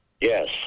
Yes